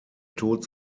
tod